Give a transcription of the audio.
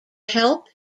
help